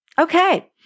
Okay